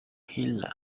healer